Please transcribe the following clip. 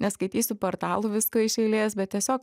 neskaitysiu portalų visko iš eilės bet tiesiog